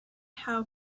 how